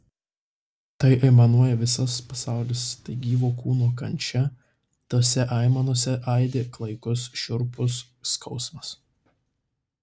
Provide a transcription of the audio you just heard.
tai aimanuoja visas pasaulis tai gyvo kūno kančia tose aimanose aidi klaikus šiurpus skausmas